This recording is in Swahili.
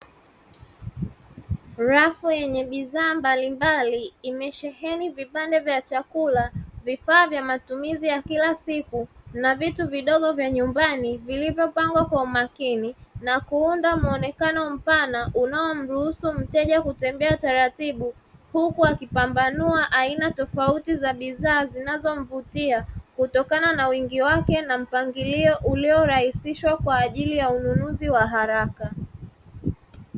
Rafu yenye bidhaa mbalimbali imesheheni vipande vya chakula vifaa vya matumizi ya kila siku, na vitu vidogo vya nyumbani vilivyopangwa kwa umakini na kuunda muonekano mpana unaomruhusu mteja kutembea taratibu, huku akipambanua aina tofauti za bidhaa zinazomvutia kutokana na wingi wake na mpangilio uliorahisishwa kwa ajili ya ununuzi wa haraka.